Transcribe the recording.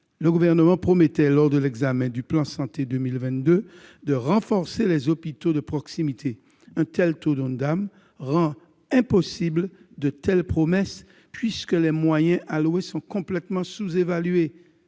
Le Gouvernement promettait, lors de l'examen du plan Ma santé 2022, de renforcer les hôpitaux de proximité. Un tel Ondam rend impossible la tenue de telles promesses, puisque les moyens alloués sont complètement sous-évalués.